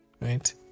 Right